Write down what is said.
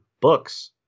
books